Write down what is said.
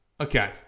Okay